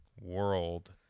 world